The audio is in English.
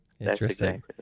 Interesting